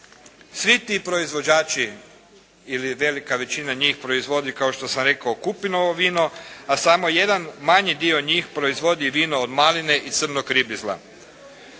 Svi ti proizvođači ili velika većina njih proizvodi kao što sam rekao kupinovo vino, a samo jedan manji dio njih proizvodi vino od maline i crnog ribizla.